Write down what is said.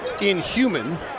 inhuman